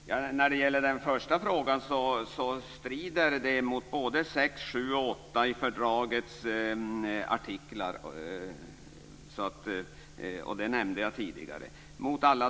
Fru talman! Om jag får börja med den första frågan så strider det mot artiklarna 6, 7 och 8 i fördraget. Det nämnde jag tidigare.